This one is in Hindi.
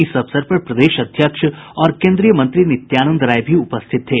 इस अवसर पर प्रदेश अध्यक्ष और केंद्रीय मंत्री नित्यानंद राय भी उपस्थित थे